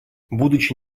будучи